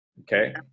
Okay